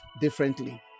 differently